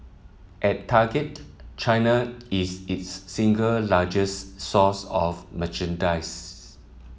at Target China is its single largest source of merchandise